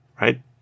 Right